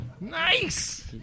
Nice